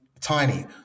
Tiny